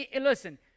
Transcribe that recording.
listen